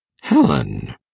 Helen